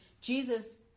Jesus